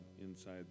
inside